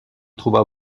trouva